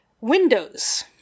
windows